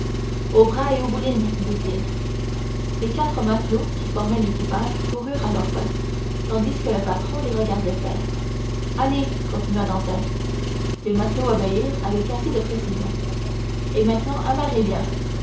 aux bras et aux boulines dit-il les quatre matelots qui formaient l'équipage coururent à leur poste tandis que le patron les regardait faire halez continua dantès les matelots obéirent avec assez de précision et maintenant